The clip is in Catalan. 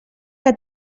que